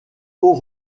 haut